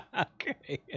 okay